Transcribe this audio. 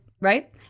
Right